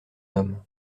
homme